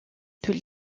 tous